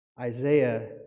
Isaiah